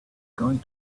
going